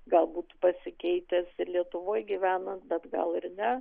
gal būtų pasikeitęs ir lietuvoj gyvenant bet gal ir ne